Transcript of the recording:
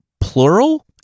plural